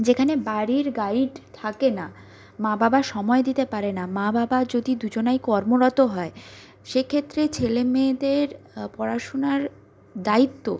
যেখানে বাড়ির গাইড থাকে না মা বাবা সময় দিতে পারে না মা বাবা যদি দুজনাই কর্মরত হয় সেক্ষেত্রে ছেলে মেয়েদের পড়াশোনার দায়িত্ব